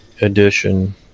edition